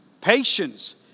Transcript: patience